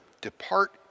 depart